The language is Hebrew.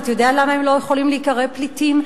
אתה יודע למה הם לא יכולים להיקרא "פליטים"?